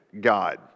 God